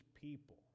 people